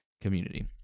community